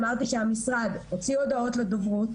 אמרתי שהמשרד הוציא הודעות לדוברות,